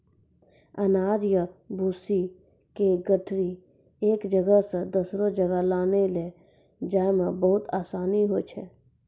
अनाज या भूसी के गठरी एक जगह सॅ दोसरो जगह लानै लै जाय मॅ बहुत आसानी होय छै